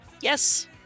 Yes